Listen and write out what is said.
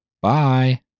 Bye